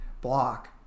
block